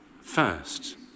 first